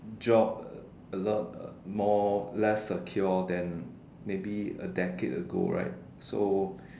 job a lot uh more less secure than maybe a decade ago right so